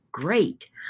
Great